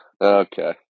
Okay